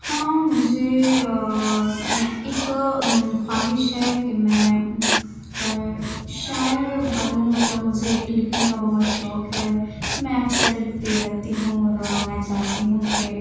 ہاں مجھے ایک خواہش ہے کہ میں شاعر بنوں مطلب مجھے لکھنے کا بہت شوق ہے میں اکثر لکھتی رہتی ہوں اور میں چاہتی ہوں کہ